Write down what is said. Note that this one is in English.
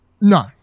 No